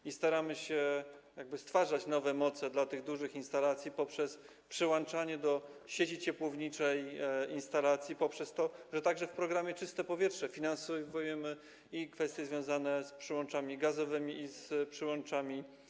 I staramy się stwarzać nowe moce dla tych dużych instalacji poprzez przyłączanie do sieci ciepłowniczej instalacji, poprzez to, że także w programie „Czyste powietrze” finansujemy kwestie związane z przyłączami gazowymi i z przyłączami.